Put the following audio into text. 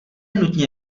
nutně